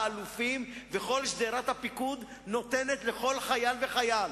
האלופים וכל שדרת הפיקוד נותנים לכל חייל וחייל.